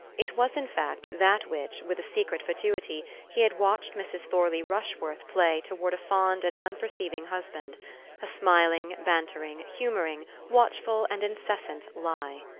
it was, in fact, that which, with a secret fatuity, he had watched mrs. thorley rushworth play toward a fond and unperceiving husband a smiling, bantering, humouring, watchful and incessant lie.